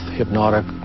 hypnotic